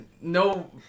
No